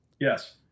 Yes